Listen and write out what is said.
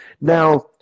Now